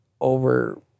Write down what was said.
over